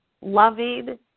loving